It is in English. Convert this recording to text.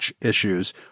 issues